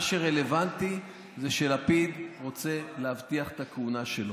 מה שרלוונטי זה שלפיד רוצה להבטיח את הכהונה שלו,